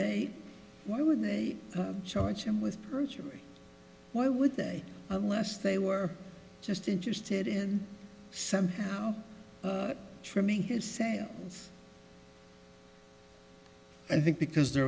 they why would they charge him with perjury why would they last they were just interested in somehow trimming his sails i think because there